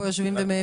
פה יושבים?